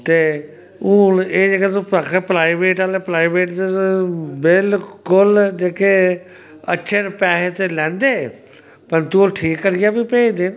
ते हून एह् जेह्का तुस आखा दे प्राइवेट आह्ले प्राइवेट च ते बिल्कुल जेह्के अच्छे न पैहे ते लैंदे पर ते ओह् ठीक करियै बी भेजदे न